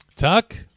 Tuck